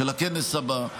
של הכנס הבא.